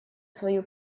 свою